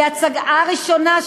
היא הצעה ראשונה,